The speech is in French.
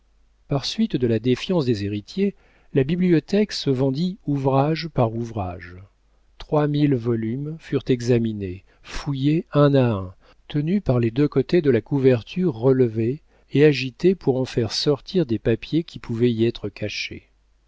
par suite de la défiance des héritiers la bibliothèque se vendit ouvrage par ouvrage trois mille volumes furent examinés fouillés un à un tenus par les deux côtés de la couverture relevée et agités pour en faire sortir des papiers qui pouvaient y être cachés